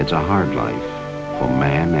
it's a hard line man